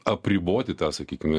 apriboti tą sakykime